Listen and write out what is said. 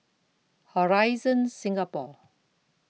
Horizon Singapore